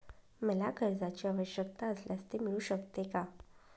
मला कर्जांची आवश्यकता असल्यास ते मिळू शकते का?